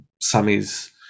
sammy's